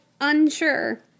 unsure